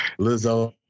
Lizzo